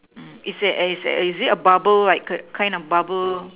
mm is there eh is a is a bubble like a kind of bubble